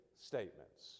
statements